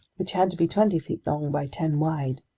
which had to be twenty feet long by ten wide.